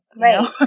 Right